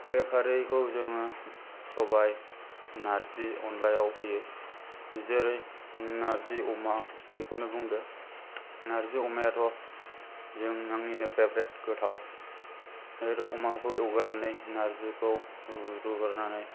बे खारैखौ जोङो सबाय नार्जि अन्दलायाव होयो जेरै नार्जि अमा बेखौनो बुंदो नार्जि अमायाथ' नों आंनिनो फेभराइत गोथाव अमाखौ एवग्रोनानै नार्जिखौ रुग्रोनानै